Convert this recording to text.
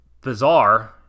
bizarre